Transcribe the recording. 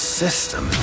system